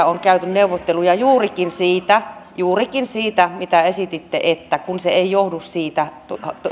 on käyty neuvotteluja juurikin siitä juurikin siitä mitä esititte että kun se ei johdu siitä